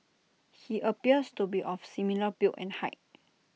he appears to be of similar build and height